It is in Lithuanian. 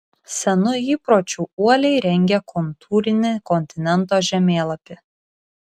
senu įpročiu uoliai rengė kontūrinį kontinento žemėlapį